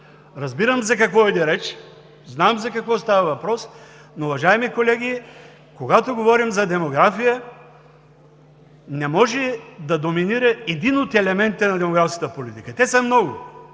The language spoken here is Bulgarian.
Разбирам за какво иде реч, знам за какво става въпрос, но, уважаеми колеги, когато говорим за демография, не може да доминира един от елементите на демографската политика – те са много,